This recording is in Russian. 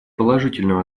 положительную